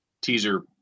teaser